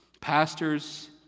pastors